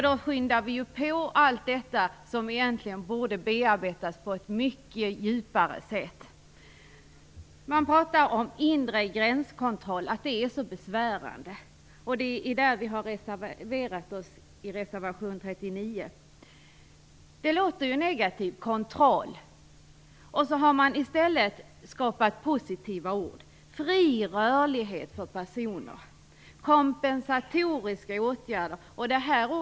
Då skyndar vi på allt det som egentligen borde bearbetas på ett mycket djupare sätt. Man talar om att det är så besvärande med inre gränskontroll. Där har vi reserverat oss genom vår reservation 39. Kontroll låter negativt. I stället har man skapat positiva ord: fri rörlighet för personer och kompensatoriska åtgärder.